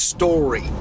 Story